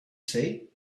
say